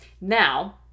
Now